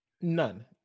None